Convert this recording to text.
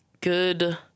good